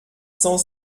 cent